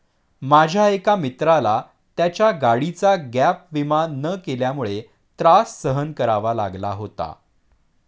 माझ्या एका मित्राला त्याच्या गाडीचा गॅप विमा न केल्यामुळे त्रास सहन करावा लागला होता